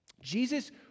Jesus